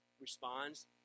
responds